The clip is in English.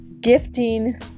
gifting